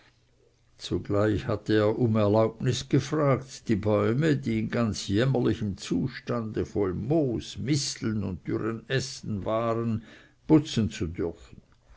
zugleich hatte er um erlaubnis gefragt die bäume die in ganz jämmerlichem zustande voll moos misteln und dürren ästen waren putzen zu dürfen